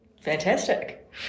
Fantastic